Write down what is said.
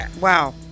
Wow